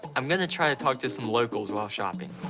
i'm gonna try to talk to some locals while shopping.